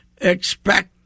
expect